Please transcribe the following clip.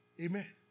Amen